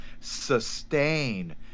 sustain